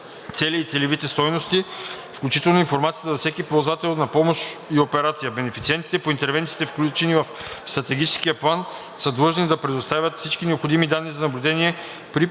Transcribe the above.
цели и целеви стойности, включително информация за всеки ползвател на помощ и операция. Бенефициентите по интервенциите, включени в Стратегическия план, са длъжни да предоставят всички необходими данни за наблюдение при попълване